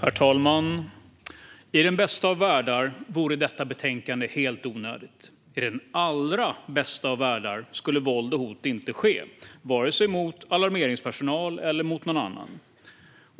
Herr talman! I den bästa av världar vore detta betänkande helt onödigt. I den allra bästa av världar skulle våld och hot inte finnas, vare sig mot alarmeringspersonal eller mot någon annan.